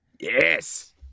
Yes